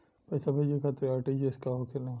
पैसा भेजे खातिर आर.टी.जी.एस का होखेला?